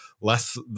less